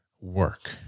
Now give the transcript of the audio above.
work